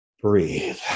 breathe